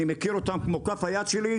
לא מוכנה לבטח אותך,